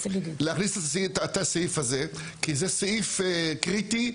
להכניס את הסעיף הזה, כי זה סעיף קריטי.